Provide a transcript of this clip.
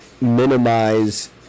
minimize